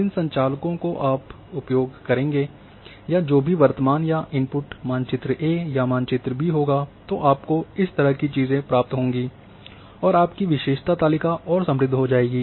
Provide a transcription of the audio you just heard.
जिन संचालकों को आप उपयोग करेंगे या जो भी वर्तमान या इनपुट मानचित्र ए या मानचित्र बी होगा तो आपको इस तरह की चीज़ें प्राप्त होंगी और आपकी विशेषता तालिका और समृद्ध हो जाएगी